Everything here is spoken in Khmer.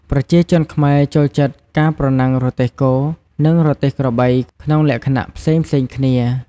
ប្រជាជនខ្មែរចូលចិត្តការប្រណាំងរទេះគោ និងរទេះក្របីក្នុងលក្ខណៈផ្សេងៗគ្នា។